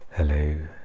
Hello